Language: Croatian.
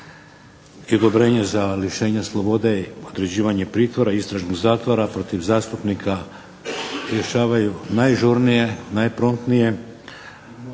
i odobrenje za lišenje slobode i određivanje pritvora i istražnog zatvora protiv zastupnika rješavaju najžurnije, najpromptnije,